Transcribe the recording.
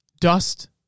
Dust